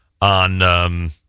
on